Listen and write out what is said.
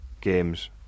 games